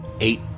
Eight